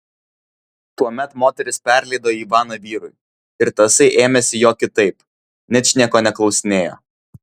tuomet moteris perleido ivaną vyrui ir tasai ėmėsi jo kitaip ničnieko neklausinėjo